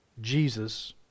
Jesus